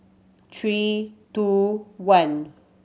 three two one